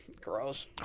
Gross